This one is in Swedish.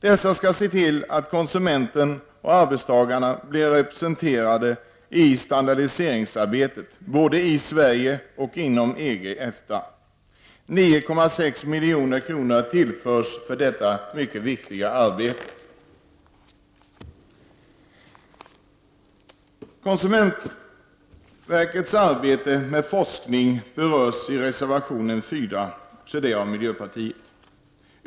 Dessa skall se till att konsumenter och arbetstagare blir representerade i standardiseringsarbetet, både i Sverige och inom EG och EFTA. 9,6 milj.kr. tillförs för detta mycket viktiga arbete. Konsumentverkets arbete med forskning berörs i reservation 4, också den från miljöpartiet.